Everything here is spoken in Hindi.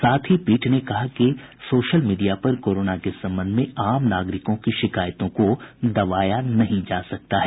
साथ ही पीठ ने कहा कि सोशल मीडिया पर कोरोना के संबंध में आम नागरिकों की शिकायतों को दबाया नहीं जा सकता है